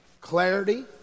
clarity